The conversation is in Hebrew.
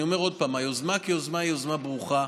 אני אומר עוד פעם: היוזמה כיוזמה היא יוזמה ברוכה.